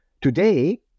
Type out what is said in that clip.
Today